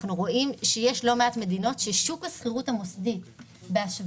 אנחנו רואים שיש לא מעט מדינות ששוק השכירות המוסדי בהשוואה